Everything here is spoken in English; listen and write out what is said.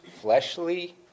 fleshly